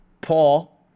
Paul